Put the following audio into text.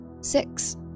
six